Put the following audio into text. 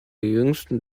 jüngsten